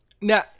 Now